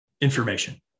information